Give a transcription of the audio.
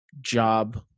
job